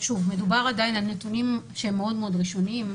מדובר עדיין על נתונים שהם מאוד ראשוניים.